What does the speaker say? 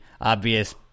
obvious